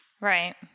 Right